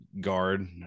guard